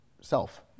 self